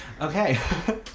Okay